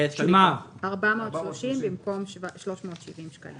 ""מסלול שכר